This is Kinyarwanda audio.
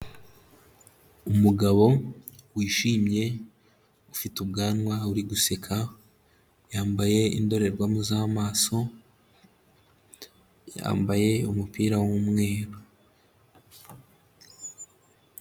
Umugabo wishimye ufite ubwanwa uri guseka yambaye indorerwamo z'amaso, yambaye umupira w'umweru.